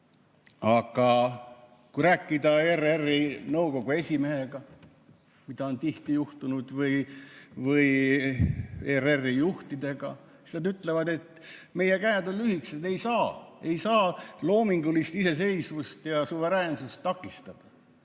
Aga kui rääkida ERR‑i nõukogu esimehega, mida on tihti juhtunud, või ERR‑i juhtidega, siis nad ütlevad, et meie käed on lühikesed, me ei saa loomingulist iseseisvust ja suveräänsust takistada,